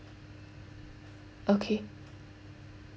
okay